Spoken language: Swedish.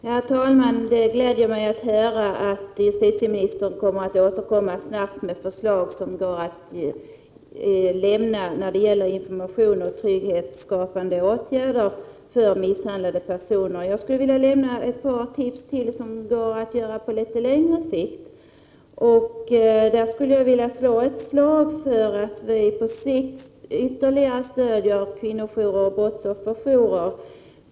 Herr talman! Det gläder mig att höra att justitieministern skall återkomma snabbt med förslag när det gäller information och trygghetsskapande åtgärder för misshandlade personer. Jag skulle vilja lämna ett par tips för detta på litet längre sikt. Jag skulle vilja slå ett slag för att vi på sikt ytterligare stödjer kvinnojourer och brottsofferjourer.